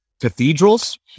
cathedrals